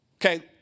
Okay